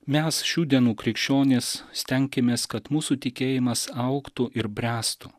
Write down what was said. mes šių dienų krikščionys stenkimės kad mūsų tikėjimas augtų ir bręstų